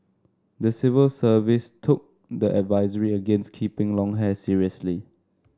the civil service took the advisory against keeping long hair seriously